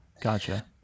Gotcha